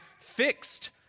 fixed